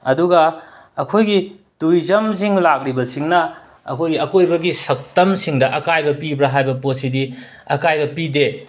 ꯑꯗꯨꯒ ꯑꯩꯈꯣꯏꯒꯤ ꯇꯨꯔꯤꯖꯝꯁꯤꯡ ꯂꯥꯛꯂꯤꯕꯁꯤꯡꯅ ꯑꯩꯈꯣꯏꯒꯤ ꯑꯀꯣꯏꯕꯒꯤ ꯁꯛꯇꯝꯁꯤꯡꯗ ꯑꯀꯥꯏꯕ ꯄꯤꯕ꯭ꯔꯥ ꯍꯥꯏꯕ ꯄꯣꯠꯁꯤꯗꯤ ꯑꯀꯥꯏꯕ ꯄꯤꯗꯦ